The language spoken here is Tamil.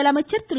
முதலமைச்சர் திரு